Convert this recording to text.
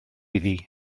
iddi